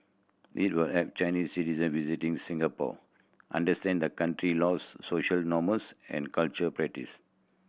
it will help Chinese citizen visiting Singapore understand the country laws social norms and cultural practices